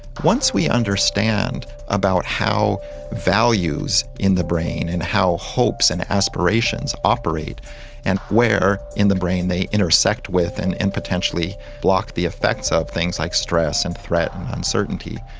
once we understand about how values in the brain and how hopes and aspirations operate and where in the brain they intersect with and and potentially block the effects of things like stress and threat and uncertainty,